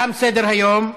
תם סדר-היום.